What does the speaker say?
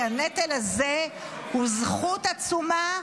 כי הנטל הזה הוא זכות עצומה,